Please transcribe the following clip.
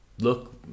Look